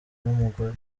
n’umugore